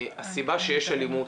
הסיבה שיש אלימות